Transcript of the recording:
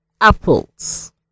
apples